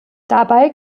dabei